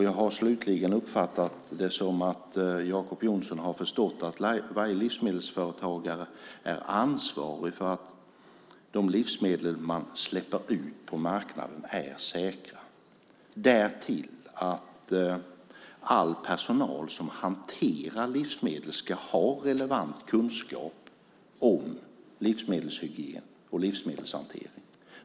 Jag har slutligen uppfattat det som att Jacob Johnson har förstått att varje livsmedelsföretagare är ansvarig för att de livsmedel som släpps ut på marknaden är säkra. All personal som hanterar livsmedel ska ha relevant kunskap om livsmedelshygien och livsmedelshantering.